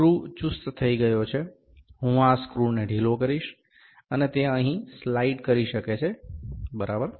screw ચુસ્ત થઈ ગયો છે હું આ સ્ક્રૂને ઢીલો કરીશ અને તે અહીં સ્લાઇડ કરી શકે છે બરાબર